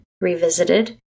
Revisited